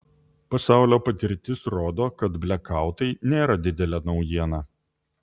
pasaulio patirtis rodo kad blekautai nėra didelė naujiena